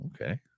okay